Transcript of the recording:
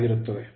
ಆಗಿರುತ್ತದೆ